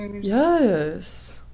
Yes